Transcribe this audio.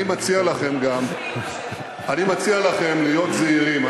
אני מציע לכם גם, אני מציע לכם להיות זהירים.